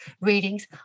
Readings